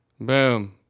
Boom